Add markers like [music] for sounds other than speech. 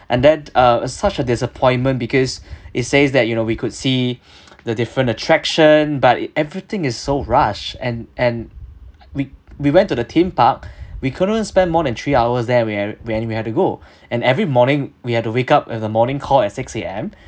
and then uh such a disappointment because [breath] it says that you know we could see [breath] the different attraction but everything is so rush and and we we went to the theme park [breath] we couldn't spend more than three hours there when w~ when we have to go [breath] and every morning we have to wake up it's a morning call at six A_M